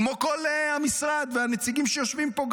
וגם כל המשרד והנציגים שיושבים פה.